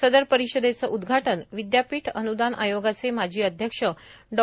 सदर परिषदेच उदघाटन विदयापीठ अन्दान आयोगाचे माजी अध्यक्ष डॉ